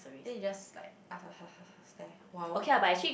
then you just like ask ask ask ask then I like !wow! okay